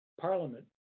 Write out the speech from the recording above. parliament